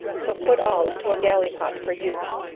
so put all into a gallipot for use.